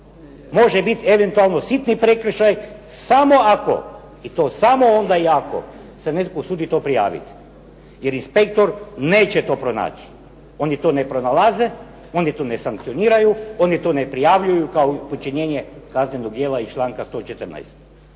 Može biti eventualno sitni prekršaj samo ako i to samo onda i ako se netko usudi to prijaviti jer inspektor neće to pronaći. Oni to ne pronalaze, oni to ne sankcioniraju, oni to ne prijavljuju kao počinjenje kaznenog djela iz članka 114.